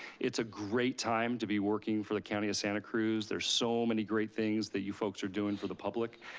it's a great time to be working for the county of santa cruz. there's so many great things that you folks are doing for the public,